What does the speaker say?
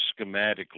schematically